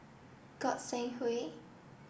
Goi Seng Hui